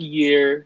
year